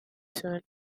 zuen